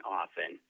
often